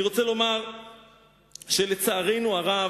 אני רוצה לומר שלצערנו הרב,